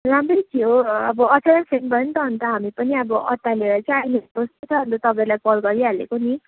राम्रै थियो अब अचानक फेन्ट भयो नि त अन्त हामी पनि अब अत्तालिएर चाहिँ अहिले होसमा छ अन्त तपाईँलाई कल गरिहालेको नि